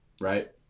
right